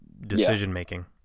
decision-making